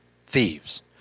thieves